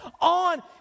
on